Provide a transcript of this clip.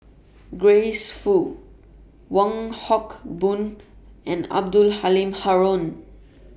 Grace Fu Wong Hock Boon and Abdul Halim Haron